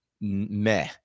meh